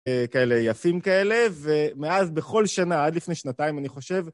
כאלה יפים כאלה, ומאז בכל שנה, עד לפני שנתיים, אני חושב...